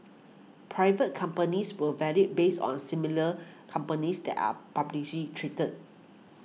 private companies were valued based on similar companies that are publicly traded